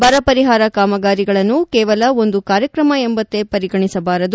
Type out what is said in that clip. ಬರ ಪರಿಹಾರ ಕಾಮಗಾರಿಯನ್ನು ಕೇವಲ ಒಂದು ಕಾರ್ಯಕ್ರಮ ಎಂಬಂತೆ ಪರಿಗಣಿಸಬಾರದು